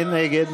מי נגד?